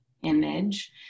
image